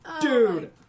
Dude